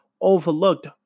overlooked